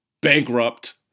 bankrupt